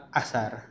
asar